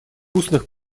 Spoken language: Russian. устных